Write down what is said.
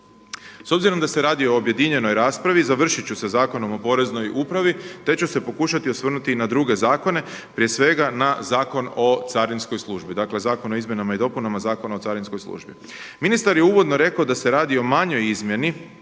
S obzirom da se radi o objedinjenoj raspravi završit ću sa Zakonom o poreznoj upravi, te ću se pokušati osvrnuti na druge zakone, prije svega na Zakon o carinskoj službi, dakle Zakon o izmjenama i dopunama Zakona o carinskoj službi. Ministar je uvodno rekao da se radi o manjoj izmjeni,